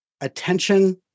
attention